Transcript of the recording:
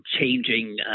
changing